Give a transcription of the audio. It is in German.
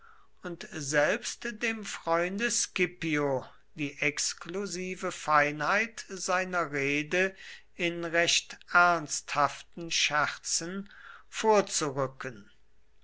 und selbst dem freunde scipio die exklusive feinheit seiner rede in recht ernsthaften scherzen vorzurücken